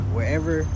Wherever